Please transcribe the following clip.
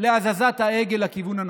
להזזת ההגה לכיוון הנכון,